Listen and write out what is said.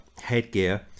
headgear